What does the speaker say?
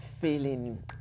feeling